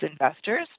investors